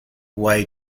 way